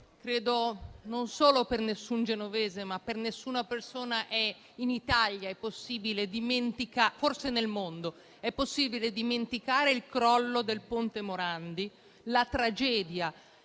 Credo che non solo per nessun genovese, ma per nessuna persona in Italia e forse nel mondo sia possibile dimenticare il crollo del ponte Morandi, la tragedia